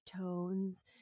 tones